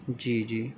جی جی